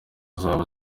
zabo